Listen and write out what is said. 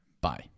Bye